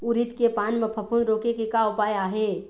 उरीद के पान म फफूंद रोके के का उपाय आहे?